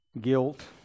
Guilt